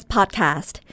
Podcast